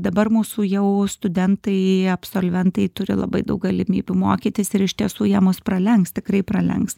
dabar mūsų jau studentai absolventai turi labai daug galimybių mokytis ir iš tiesų jie mus pralenks tikrai pralenks